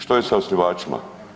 Što se sa osnivačima?